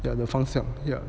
的的方向 yeah